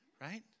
right